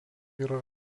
yra